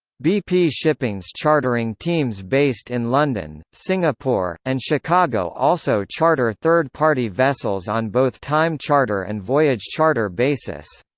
bp shipping's chartering teams based in london, singapore, and chicago also charter third party vessels on both time charter and voyage charter basis.